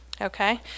Okay